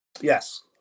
Yes